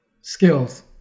Skills